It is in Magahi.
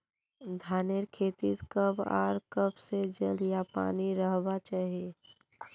धानेर खेतीत कब आर कब से जल या पानी रहबा चही?